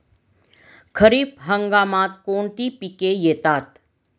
खरीप हंगामात कोणती पिके येतात?